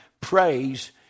praise